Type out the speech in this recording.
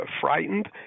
frightened